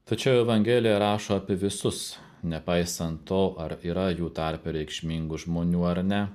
tačiau evangelija rašo apie visus nepaisant to ar yra jų tarpe reikšmingų žmonių ar ne